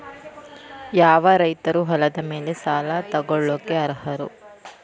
ಯಾವ ರೈತರು ಹೊಲದ ಮೇಲೆ ಸಾಲ ತಗೊಳ್ಳೋಕೆ ಅರ್ಹರು?